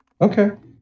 Okay